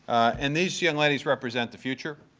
and these young ladies represent the future.